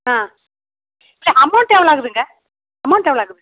ஆ இல்லை அமௌண்ட்டு எவ்வளோ ஆகுதுங்க அமௌண்ட் எவ்வளோ ஆகுது